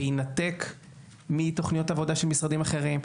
בהינתק מתוכניות עבודה של משרדים אחרים.